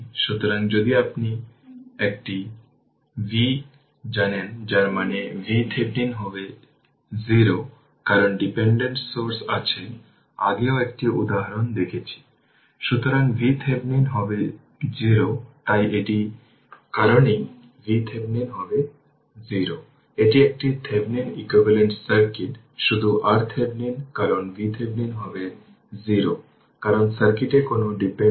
সুতরাং মূলত ক্যাপাসিটর দুটি কন্ডাক্টিং প্লেটকে আলাদা করে তৈরি করা হয় যা সাধারণত ধাতব হয় একটি ইনসুলেটিং উপাদানের পাতলা লেয়ার দ্বারা